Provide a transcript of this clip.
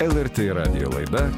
lrt radijo laida